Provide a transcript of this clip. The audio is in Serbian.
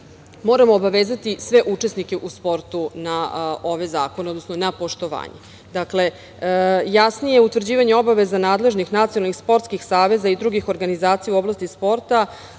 moramo obavezati sve učesnike u sportu na ove zakone, odnosno na poštovanje. Dakle, jasnije utvrđivanje obaveza nadležnih nacionalnih sportskih saveza i drugih organizacija u oblasti sporta